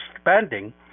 spending